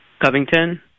Covington